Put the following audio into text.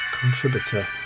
contributor